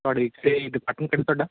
ਤੁਹਾਡਾ ਇੱਥੇ ਡਿਪਾਰਟਮੈਂਟ ਕਿਹੜਾ ਤੁਹਾਡਾ